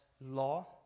law